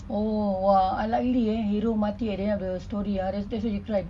orh !wah! unlikely eh hero mati at the end of the story ah that's that's why you cried